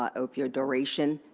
um opioid duration,